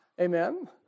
Amen